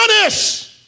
honest